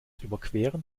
überqueren